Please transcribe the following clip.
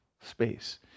space